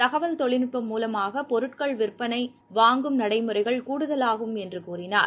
தகவல் தொழில்நுட்பம் மூலமாக பொருட்கள் விற்பனை வாங்கும் நடைமுறைகள் கூடுதலாகும் என்று கூறினார்